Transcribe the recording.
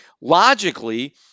logically